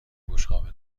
بشقاب